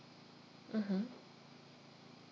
mmhmm